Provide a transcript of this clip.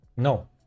No